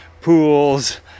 pools